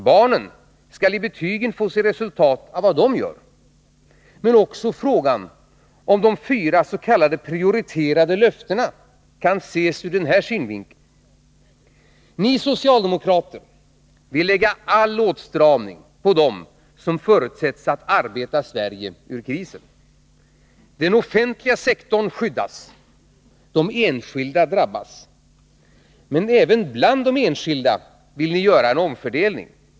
Barnen skall i betygen få se resultat av vad de gör. Men också frågan om de fyra s.k. prioriterade löftena kan ses ur denna synvinkel. Ni socialdemokrater vill lägga all åtstramning på dem som förutsätts arbeta Sverige ur krisen. Den offentliga sektorn skyddas. De enskilda drabbas. Men även bland de enskilda vill ni göra en omfördelning.